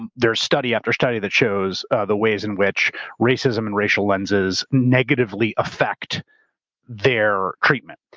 and there's study after study that shows the ways in which racism and racial lenses negatively affect their treatment.